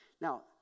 Now